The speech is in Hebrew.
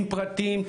עם פרטים,